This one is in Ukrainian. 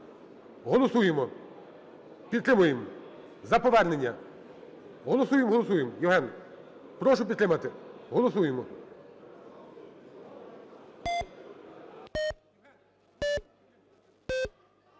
Голосуємо. Підтримуємо за повернення. Голосуєм. Голосуєм. Євген, прошу підтримати. Голосуємо.